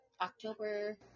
October